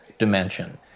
dimension